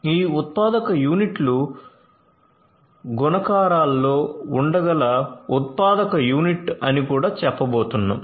ఈ ఉత్పాదక యూనిట్లు గుణకారాలలో ఉండగల ఉత్పాదక యూనిట్ అని కూడా చెప్పబోతున్నాం